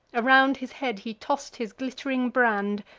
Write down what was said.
around his head he toss'd his glitt'ring brand,